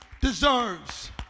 deserves